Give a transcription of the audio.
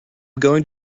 going